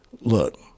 Look